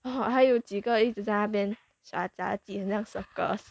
oh 还有几个一直在那边啥咱尽量 circles